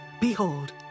Behold